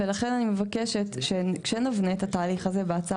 ולכן אני מבקשת שכשנבנה את התהליך הזה בהצעה